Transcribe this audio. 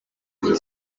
kun